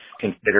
consider